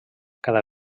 cada